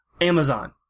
Amazon